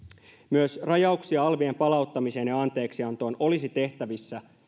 myös rajauksia alvien palauttamiseen ja anteeksiantoon olisi tehtävissä